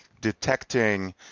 detecting